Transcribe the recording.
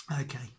Okay